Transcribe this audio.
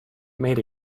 made